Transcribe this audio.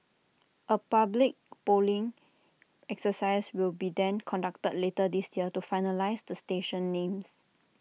A public polling exercise will be then conducted later this year to finalise the station names